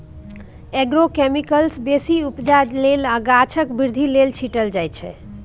agrochemicals बेसी उपजा लेल आ गाछक बृद्धि लेल छीटल जाइ छै